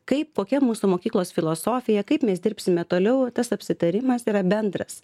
kaip kokia mūsų mokyklos filosofija kaip mes dirbsime toliau tas apsitarimas yra bendras